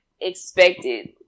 expected